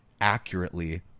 accurately